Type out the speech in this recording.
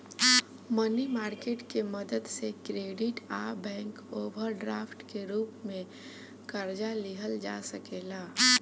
मनी market के मदद से क्रेडिट आ बैंक ओवरड्राफ्ट के रूप में कर्जा लिहल जा सकेला